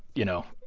you know,